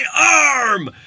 ARM